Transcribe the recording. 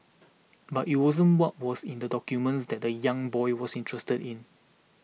but it wasn't what was in the documents that the young boy was interested in